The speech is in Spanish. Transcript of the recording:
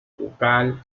vocal